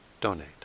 donate